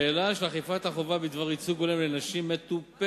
השאלה של אכיפת החובה בדבר ייצוג הולם לנשים מטופלת,